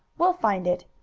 we'll find it!